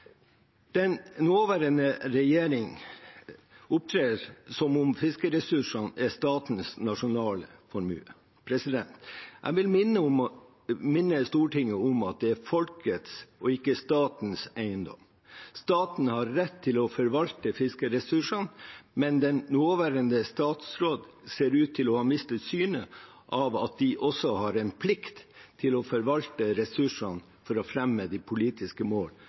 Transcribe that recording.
Den nåværende regjering opptrer som om fiskeressursene er statens nasjonalformue. Jeg vil minne Stortinget om at det er folkets og ikke statens eiendom. Staten har rett til å forvalte fiskeressursene, men den nåværende statsråden ser ut til å ha mistet av syne at de også har en plikt til å forvalte ressursene for å fremme de politiske mål